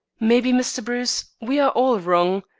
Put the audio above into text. maybe, mr. bruce, we are all wrong.